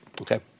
okay